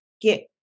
get